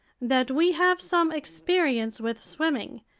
that we have some experience with swimming.